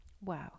Wow